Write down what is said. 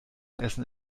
essen